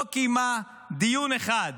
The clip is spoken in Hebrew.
לא קיימה דיון אחד